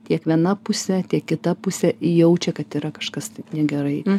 tiek viena pusė tiek kita pusė jaučia kad yra kažkas tai negerai